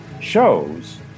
shows